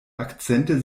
akzente